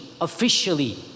officially